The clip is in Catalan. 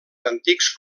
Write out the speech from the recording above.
antics